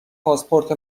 پاسپورت